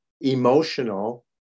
emotional